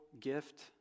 gift